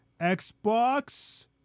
Xbox